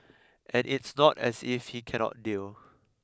and it's not as if he cannot deal